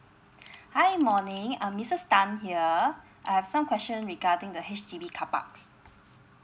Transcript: hi morning uh missus tan here I have some question regarding the H_D_B car parks